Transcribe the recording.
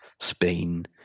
Spain